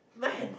when